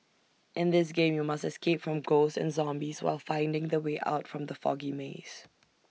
in this game you must escape from ghosts and zombies while finding the way out from the foggy maze